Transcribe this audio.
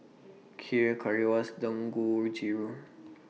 Kheer Currywurst Dangojiru